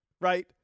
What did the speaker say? right